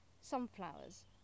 sunflowers